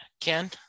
Ken